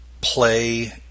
play